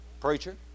preacher